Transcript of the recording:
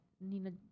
Nina